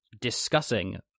discussing